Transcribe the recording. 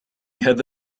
هذا